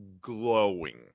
glowing